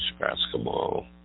basketball